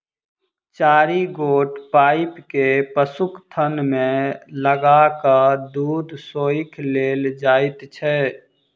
चारि गोट पाइप के पशुक थन मे लगा क दूध सोइख लेल जाइत छै